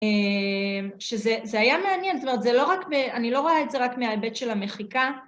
שזה היה מעניין, זאת אומרת זה לא רק, אני לא רואה את זה רק מההיבט של המחיקה.